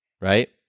right